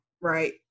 right